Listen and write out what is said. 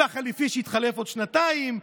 והחלופי שיתחלף עוד שנתיים?